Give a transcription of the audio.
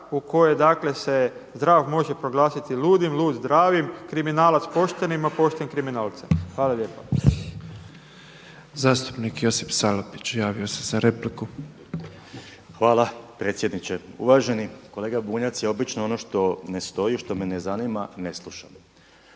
u kojoj dakle se zdrav može proglasiti ludim, lud zdravim, kriminalac poštenim a pošten kriminalcem. Hvala lijepa. **Petrov, Božo (MOST)** Zastupnik Josip Salapić javi ose za repliku. **Salapić, Josip (HDSSB)** Hvala predsjedniče. Uvaženi kolega Bunjac, ja obično ono što ne stoji, što me ne zanima, ne slušam